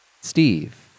Steve